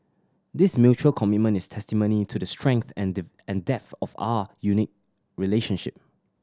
this mutual commitment is testimony to the strength and and depth of our unique relationship